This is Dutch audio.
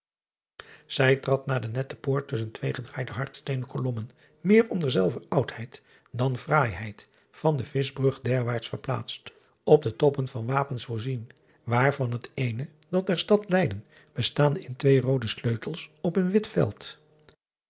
ij trad naar de nette poort tusschen twee gedraaide hardsteenen kolommen meer om derzelver oudheid dan fraaiheid van de ischbrug derwaarts verplaatst op de toppen van wapens voorzien waarvan het eene dat der stad eyden bestaande in twee roode sleutels op een wit veld